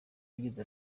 yagize